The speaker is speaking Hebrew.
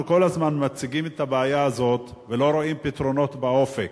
אנחנו כל הזמן מציגים את הבעיה הזו ולא רואים פתרונות באופק.